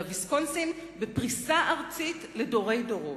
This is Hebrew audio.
אלא ויסקונסין בפריסה ארצית לדורי דורות.